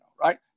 right